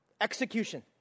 Execution